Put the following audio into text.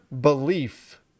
belief